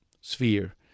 sphere